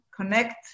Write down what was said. connect